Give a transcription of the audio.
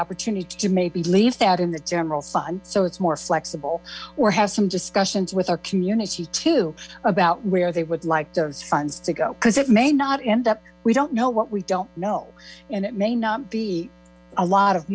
opportunity to make believe that in the general fund so it's more flexible or have some discussions with our community to about where they would like those funds to go because it may not end we don't know what we don't know and it may not be a lot of